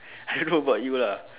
I don't know about you lah